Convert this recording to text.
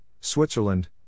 Switzerland